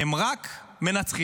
הם רק מנצחים,